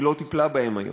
היא לא טיפלה בהן היום: